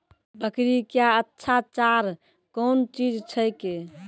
बकरी क्या अच्छा चार कौन चीज छै के?